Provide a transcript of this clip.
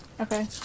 Okay